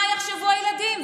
מה יחשבו הילדים?